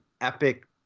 epic